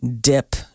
dip